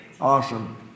Awesome